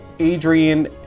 Adrian